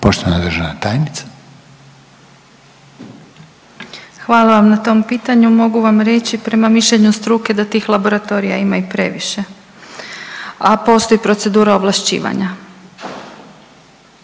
tajnica. **Bubaš, Marija** Hvala vam na tom pitanju. Mogu vam reći prema mišljenju struke da tih laboratorija ima i previše, a postoji procedura ovlašćivanja.